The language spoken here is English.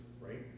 right